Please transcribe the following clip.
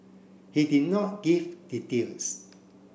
he did not give details